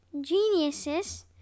Geniuses